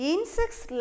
Insects